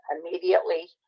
immediately